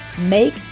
make